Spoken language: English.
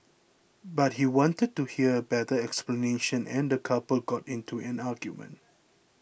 but he wanted a better explanation and the couple got into an argument